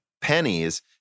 pennies